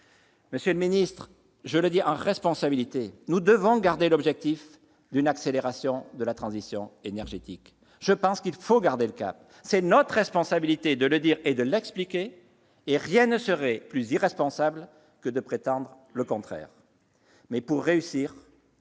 Monsieur le secrétaire d'État, je le dis en responsabilité : nous devons garder l'objectif d'une accélération de la transition énergétique, il faut garder le cap, c'est notre responsabilité de l'expliquer, et rien ne serait plus irresponsable que de prétendre le contraire, mais, pour réussir,